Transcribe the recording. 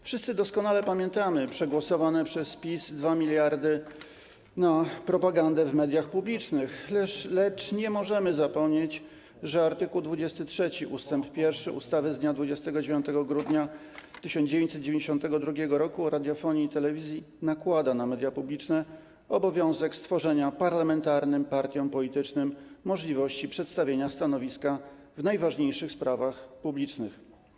Wszyscy doskonale pamiętamy przegłosowane przez PiS 2 mld na propagandę w mediach publicznych, lecz nie możemy zapomnieć, że art. 23 ust. 1 ustawy z dnia 29 grudnia 1992 r. o radiofonii i telewizji nakłada na media publiczne obowiązek stworzenia parlamentarnym partiom politycznym możliwości przedstawienia stanowiska w najważniejszych sprawach publicznych.